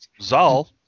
Zal